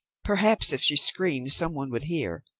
perhaps if she screamed, some one would hear.